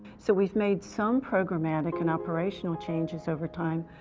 so we've made some programmatic and operational changes over time,